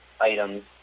items